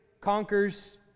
conquers